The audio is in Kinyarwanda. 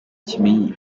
kimenyi